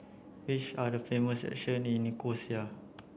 which are the famous in Nicosia